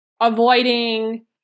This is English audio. avoiding